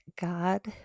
God